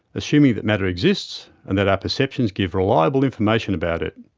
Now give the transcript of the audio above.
assuming that matter exists and that our perceptions give reliable information about it.